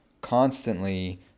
constantly